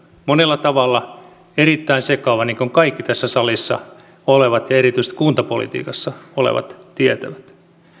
monella tavalla erittäin sekava niin kuin kaikki tässä salissa olevat ja erityisesti kuntapolitiikassa olevat tietävät